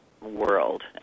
world